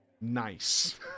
Nice